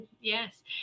Yes